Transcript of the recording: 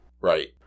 Right